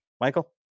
Michael